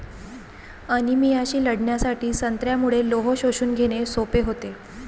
अनिमियाशी लढण्यासाठी संत्र्यामुळे लोह शोषून घेणे सोपे होते